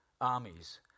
armies